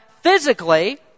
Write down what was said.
physically